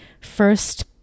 first